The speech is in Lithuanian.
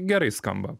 gerai skamba